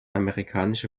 amerikanische